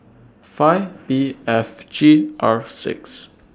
five P F G R six